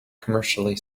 commercially